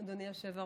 אדוני היושב בראש,